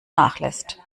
nachlässt